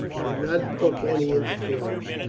and would not brook any interference.